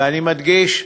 אני מדגיש,